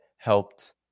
helped